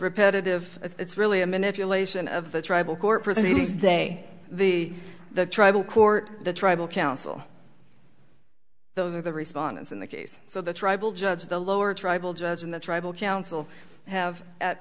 repetitive it's really a manipulation of the tribal court proceedings day the the tribal court the tribal council those are the respondents in the case so the tribal judge the lower tribal judge and the tribal council have at